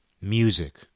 music